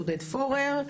עודד פורר,